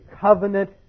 covenant